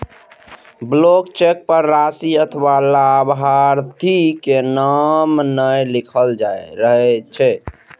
blank cheque पर राशि अथवा लाभार्थी के नाम नै लिखल रहै छै